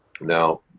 Now